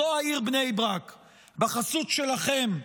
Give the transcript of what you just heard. זו העיר בני ברק בחסות שלכם,